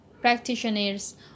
practitioners